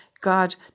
god